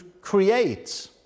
create